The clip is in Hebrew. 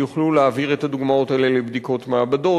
יוכלו להעביר את הדוגמאות האלה לבדיקות מעבדות,